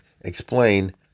explain